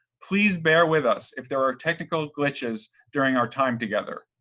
please bear with us if there are technical glitches during our time together.